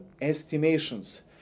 estimations